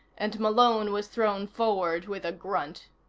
and malone was thrown forward with a grunt.